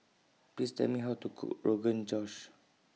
Please Tell Me How to Cook Rogan Josh